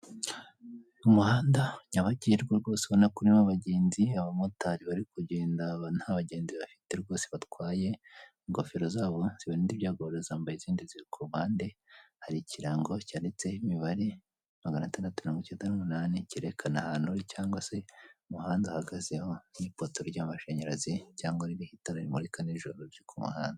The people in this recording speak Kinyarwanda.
Umuhanda nyabagendwa rwose urabona ko urimo abagenzi, abamotari bari kugenda nta bagenzi bafite rwose batwaye, ingofero zabo zibarinda ibyago barazambaye izindi ziri ku ruhande, hari ikirango cyanditseho imibare, magana tandatu na mirongo icyenda n'umunani, cyerekana ahantu cyangwa se umuhanda ahagazeho n'ipoto ry'amashinyarazi cyangwa ririho itara rimurika nijoron riri ku muhanda.